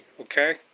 okay